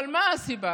אבל מה הסיבה?